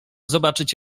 zobaczyć